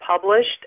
published